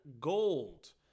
gold